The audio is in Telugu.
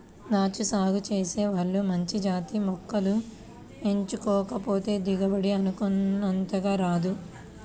దాచ్చా సాగు చేసే వాళ్ళు మంచి జాతి మొక్కల్ని ఎంచుకోకపోతే దిగుబడి అనుకున్నంతగా రాదు